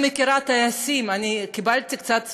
אני מכירה טייסים, קיבלתי קצת